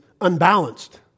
unbalanced